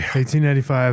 1895